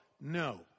No